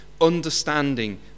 understanding